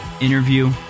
interview